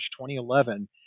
2011